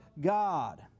God